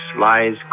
lies